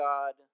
God